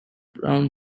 brown